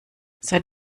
seit